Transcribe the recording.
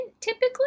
typically